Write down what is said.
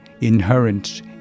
inherent